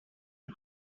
you